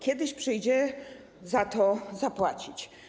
Kiedyś przyjdzie za to zapłacić.